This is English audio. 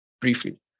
briefly